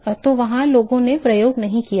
तो वहाँ लोगों ने प्रयोग नहीं किया है